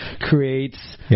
creates